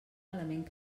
element